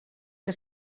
que